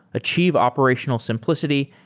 achieve operational simplicity,